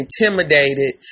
intimidated